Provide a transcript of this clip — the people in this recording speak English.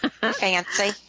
Fancy